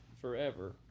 forever